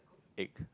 egg